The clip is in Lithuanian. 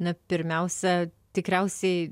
na pirmiausia tikriausiai